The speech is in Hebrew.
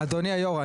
אדוני היו"ר,